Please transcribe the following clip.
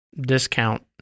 discount